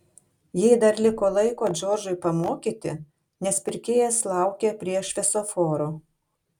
jai dar liko laiko džordžui pamokyti nes pirkėjas laukė prie šviesoforo